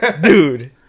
Dude